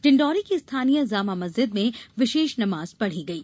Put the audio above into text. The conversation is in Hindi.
डिण्डौरी के स्थानीय जामा मस्जिद में विशेष नमाज पढ़ी गई